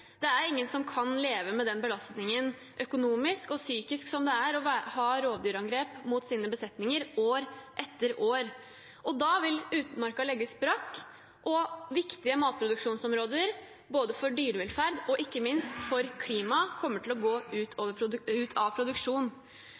Det er ingen som kan leve med den belastningen økonomisk og psykisk som det er å ha rovdyrangrep på sine besetninger år etter år. Da vil utmarka legges brakk, og viktige matproduksjonsområder både for dyrevelferd og ikke minst for klima kommer til å gå ut